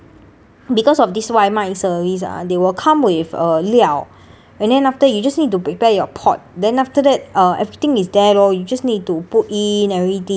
because of this 外卖 service ah they will come with uh 料 and then after that you just need to prepare your pot then after that uh everything is there lor you just need to put in everything